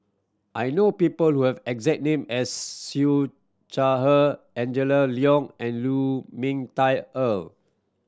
I know people who have the exact name as Siew Shaw Her Angela Liong and Lu Ming Teh Earl